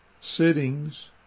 sittings